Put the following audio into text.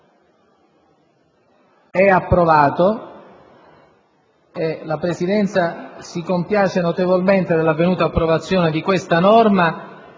a 10.4. La Presidenza si compiace notevolmente dell'avvenuta approvazione di questa norma